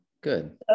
good